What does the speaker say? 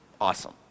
awesome